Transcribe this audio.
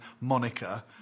moniker